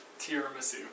tiramisu